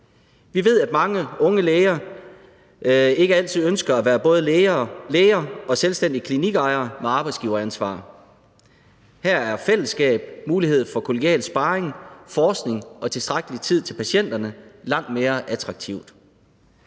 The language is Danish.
Vi ved, at mange unge læger ikke altid ønsker at være både læge og selvstændig klinikejer med arbejdsgiveransvar. Her er fællesskab, mulighed for kollegial sparring, forskning og tilstrækkelig tid til patienterne langt mere attraktivt.